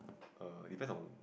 err depends on